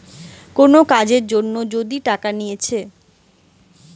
কোন কাজের লিগে যদি টাকা লিছে